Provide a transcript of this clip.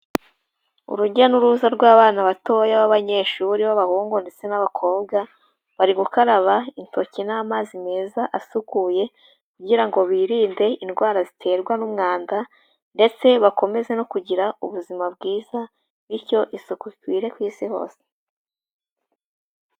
Urujya n'uruza rw'abana batoya b'abanyeshuri b'abahungu ndetse n'abakobwa, bari gukaraba intoki n'amazi meza asukuye kugira ngo birinde indwara ziterwa n'umwanda ndetse bakomeze no kugira ubuzima bwiza bityo isuku ikwire ku Isi hose.